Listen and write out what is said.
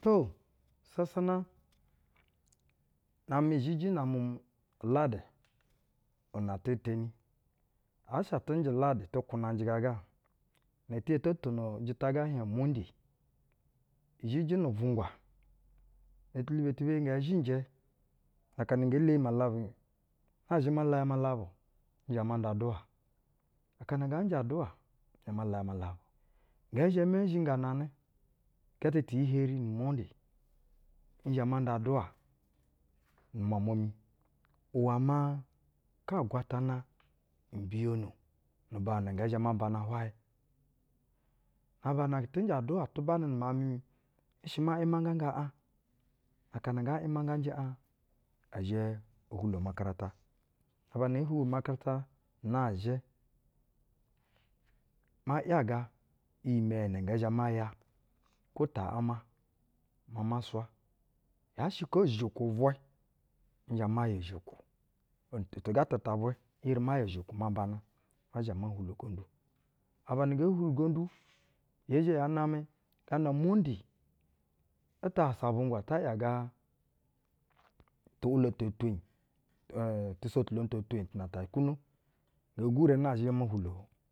To, sasana, na-amɛ zhiji na-amɛ uladɛ una ɛti teni, yaa shɛ atɛ njɛ uladɛ atu kwunaŋjɛ gaa ga, ɛti zhɛ to tono ujita ga ɛɛ hieŋ umonde izhiji nu-uvwungwa, no tulubo ti biye ngɛ zhinjɛ, na aka na nge leyi malabu, um nazhɛ ma lapa malabu, nzhɛ ma nda aduwa, akana nga njɛ aduwa, nzhɛ ma laya malabu. Ngɛ zhɛ ma zhɛngananɛ igɛtɛ ti-iyi heri nu umonde nzhɛ ma nda aduwa nu-umwamba mu iwɛ ma aka agwatana mbiyeni nu-ubanu na ngɛ zhɛ ma bana hwayɛ. Na aba na atɛ njɛ aduwa atɛ banɛ nu miauŋ mi mi, nshɛ ma imangaga aŋ. Akana nga imangajɛ aŋ, ɛ zhɛ o hwulo umakarata, na aba na ee hwuri umakarata, nazhɛ ma ‘yaga iyimɛenyɛ nɛ ngɛ ma ya, kwo ta’ama maa ma swa. Yaa shɛ kaa uzhokwu vwɛ, nzhɛ ma ya uzhokwu. Ntɛga tɛta vwɛ, n eri ma ya uzhokwu ma bana ma zha mo hwulo-ugondu. Na aba na nge hwuri ugondu, yee xhe yaa namɛ, ga umonde ata asavwugwa ta’yaga tu ulwa te etwenyi ɛm tusotulonu te etwenyi tu na to kwuno nge gwure nazhɛ mu hwulo.